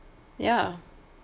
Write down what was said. ya